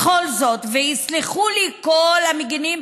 בכל זאת, ויסלחו לי כל המגינים